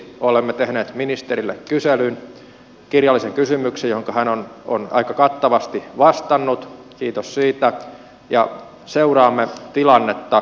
olemme tehneet ministerille kyselyn kirjallisen kysymyksen johonka hän on aika kattavasti vastannut kiitos siitä ja seuraamme tilannetta